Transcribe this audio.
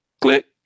click